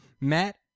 Matt